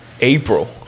April